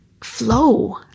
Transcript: Flow